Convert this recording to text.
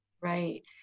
Right